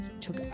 took